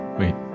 wait